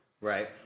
Right